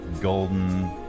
golden